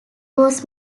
was